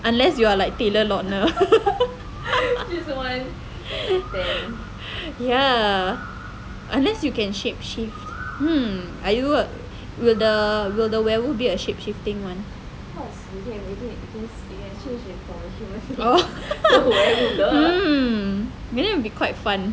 unless you are like taylor lautner unless you can shape shift hmm will the werewolf be the shape shifting [one] maybe will be quite fun